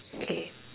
okay